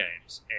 games